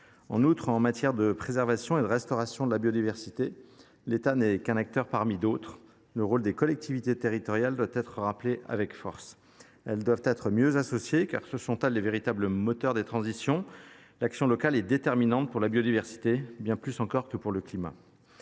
En outre, en matière de préservation et de restauration de la biodiversité, l’État n’est qu’un acteur parmi d’autres et le rôle des collectivités territoriales doit être rappelé avec force. Celles ci doivent être mieux associées aux politiques afférentes, car elles sont les véritables moteurs des transitions : l’action locale est déterminante pour la biodiversité, bien plus encore que pour le climat.